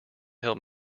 help